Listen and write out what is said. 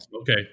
Okay